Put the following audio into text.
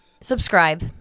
subscribe